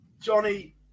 Johnny